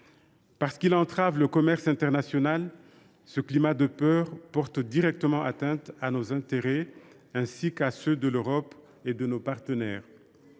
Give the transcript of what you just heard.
Parce qu’il entrave le commerce international, ce climat de peur porte directement atteinte aux intérêts de la France, ainsi qu’à ceux de l’Europe et de nos partenaires